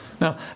Now